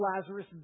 Lazarus